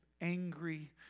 angry